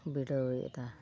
ᱵᱤᱰᱟᱹᱣ ᱮᱫᱟ